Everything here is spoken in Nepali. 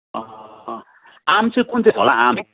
आँप चाहिँ कुन चाहिँ छ होला आँप